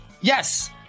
Yes